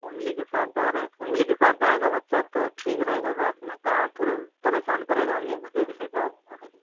family के साथ जा रहें फेमली के साथ जाएगा बच्चा तो ठीक रहेगा बाद में कहाँ फिर परेशान करेगा हमें मुझे भी ले जाओ घुमाने के लिए